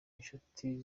inshuti